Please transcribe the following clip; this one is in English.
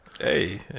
hey